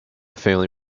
family